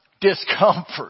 discomfort